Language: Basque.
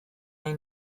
nahi